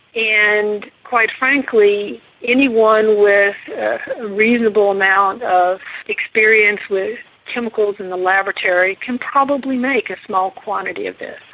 and quite frankly anyone with a reasonable amount of experience with chemicals in the laboratory can probably make a small quantity of this.